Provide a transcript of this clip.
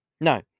No